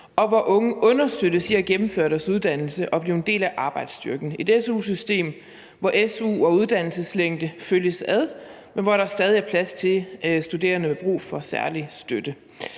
og hvor unge understøttes i at gennemføre deres uddannelse og blive en del af arbejdsstyrken – et su-system, hvor su og uddannelseslængde følges ad, men hvor der stadig er plads til studerende, som har brug for særlig støtte.